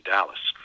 Dallas